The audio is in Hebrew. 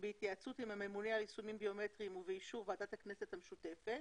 בהתייעצות עם הממונה על יישומים ביומטריים ובאישור ועדת הכנסת המשותפת,